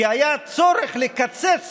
כי היה צורך לקצץ